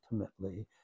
ultimately